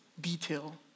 detail